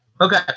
Okay